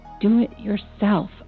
do-it-yourself